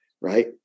right